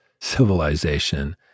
civilization